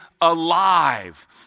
alive